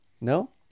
no